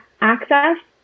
access